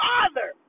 Father